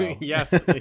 Yes